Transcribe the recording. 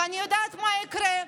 ואני יודעת מה יקרה.